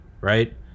right